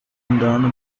andando